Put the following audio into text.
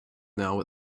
now